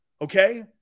okay